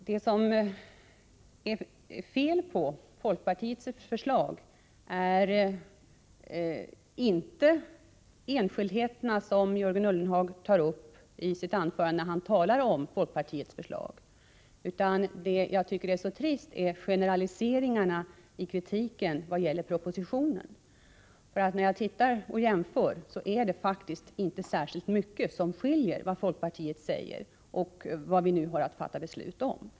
Fru talman! Det som är fel på folkpartiets förslag är inte enskildheterna, som Jörgen Ullenhag tar upp i sitt anförande när han talar om folkpartiets förslag. Det som jag tycker är så trist är generaliseringarna i kritiken vad gäller propositionen. När jag tittar på förslagen och jämför dem ser jag att det faktiskt inte är särskilt mycket som skiljer mellan det folkpartiet säger och det vi nu har att fatta beslut om.